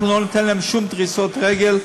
אנחנו לא ניתן להם שום דריסת רגל.